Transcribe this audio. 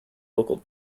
local